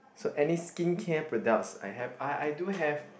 so any skin care products I have I I do have